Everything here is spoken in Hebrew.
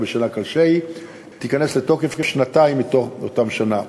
בשנה כלשהי תיכנס לתוקף שנתיים מתום אותה שנה.